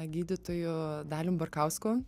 gydytoju dalium barkausku